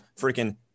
freaking